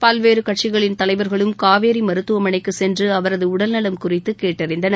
பல்வேறு கட்சிகளின் தலைவர்களும் காவேரி மருத்துவமனைக்கு சென்று அவரது உடல்நலம் குறித்து கேட்டறிந்தனர்